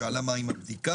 שאלה מה עם הבדיקה.